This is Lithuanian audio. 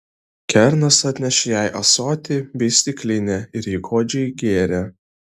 kernas atnešė jai ąsotį bei stiklinę ir ji godžiai gėrė